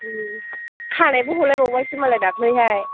ओम खानायबो ह'लायबावबायसो मालाय दाख्लैहाय